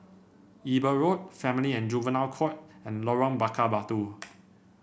Eber Road Family and Juvenile Court and Lorong Bakar Batu